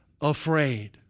afraid